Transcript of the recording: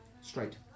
Straight